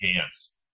hands